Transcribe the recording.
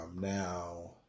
now